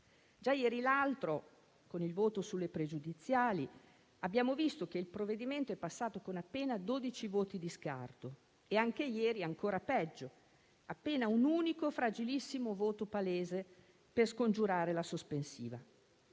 Già ieri l'altro, con il voto sulle questioni pregiudiziali, abbiamo visto che il provvedimento è passato con appena 12 voti di scarto; e ieri ancora peggio, con appena un unico fragilissimo voto palese per scongiurare la questione